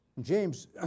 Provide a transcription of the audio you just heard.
James